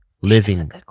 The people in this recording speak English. living